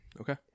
Okay